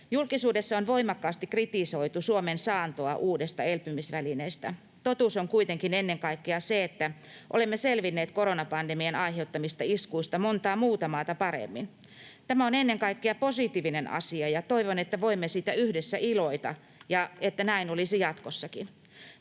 Julkisuudessa on voimakkaasti kritisoitu Suomen saantoa uudesta elpymisvälineestä. Totuus on kuitenkin ennen kaikkea se, että olemme selvinneet koronapandemian aiheuttamista iskuista montaa muuta maata paremmin. Tämä on ennen kaikkea positiivinen asia, ja toivon, että voimme siitä yhdessä iloita ja että näin olisi jatkossakin.